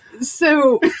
so-